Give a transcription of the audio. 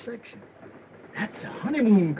section honey